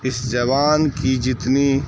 اس زبان کی جتنی